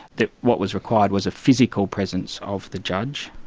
that what was required was a physical presence of the judge,